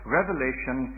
Revelation